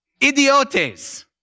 Idiotes